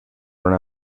una